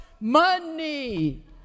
money